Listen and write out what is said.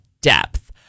depth